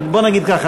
בוא נגיד ככה,